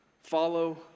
Follow